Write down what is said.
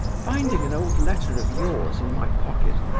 finding an old letter of yours in my pocket,